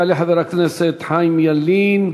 יעלה חבר הכנסת חיים ילין,